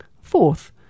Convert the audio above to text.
Fourth